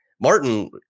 Martin